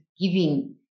giving